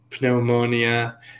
pneumonia